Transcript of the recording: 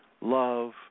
love